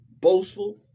Boastful